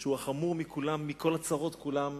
החייל גלעד שליט, שהוא החמור מכל הצרות כולן,